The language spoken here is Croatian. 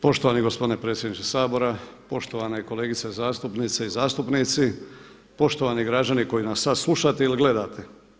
Poštovani gospodine predsjedniče Sabora, poštovane kolegice zastupnice i zastupnici, poštovani građani koji nas sada slušate ili gledate.